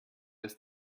ist